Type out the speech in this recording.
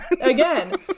Again